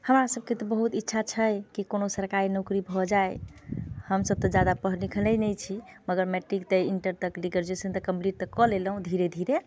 हमरा सभके तऽ बहुत इच्छा छै कि कोनो सरकारी नौकरी भऽ जाइ हम सभ तऽ ज्यादा पढ़ल लिखले नहि छी मगर मैट्रीक तक इंटर तक ग्रेजुएशन तक तऽ कम्प्लीट तऽ कऽ लेलहुॅं धीरे धीरे